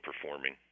performing